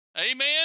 Amen